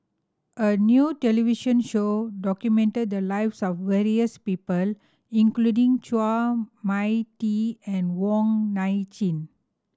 a new television show documented the lives of various people including Chua Mia Tee and Wong Nai Chin